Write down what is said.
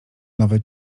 nowe